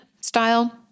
style